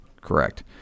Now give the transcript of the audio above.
Correct